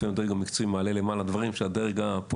לפעמים הדרג המקצועי מעלה למעלה דברים